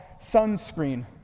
sunscreen